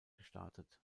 gestartet